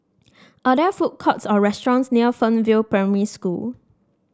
are there food courts or restaurants near Fernvale Primary School